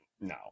No